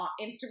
Instagram